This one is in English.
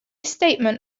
statement